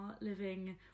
living